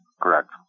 Correct